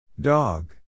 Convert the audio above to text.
Dog